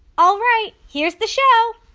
all right. here's the show